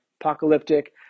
apocalyptic